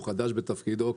הוא חדש בתפקידו,